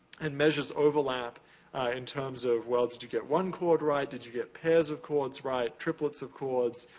and measures overlap in terms of well, did you get one chord right? did you get pairs of chords right? triplets of chords?